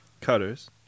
cutters